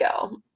go